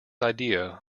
idea